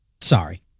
Sorry